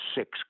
six